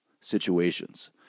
situations